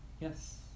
Yes